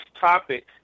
topic